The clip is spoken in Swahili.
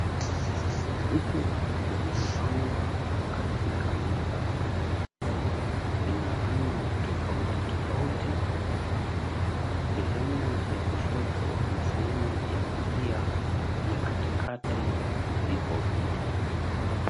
Vitu vilivyopangwa katika meza vina rangi tofauti tofauti. Sehemu ya kushoto na sehemu ya kulia na pia kati kati vipo vingi.